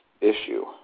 issue